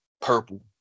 purple